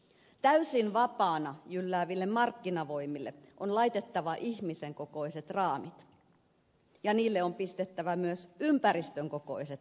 täysin vapaina jyllääville markkinavoimille on laitettava ihmisen kokoiset raamit ja niille on pistettävä myös ympäristön kokoiset raamit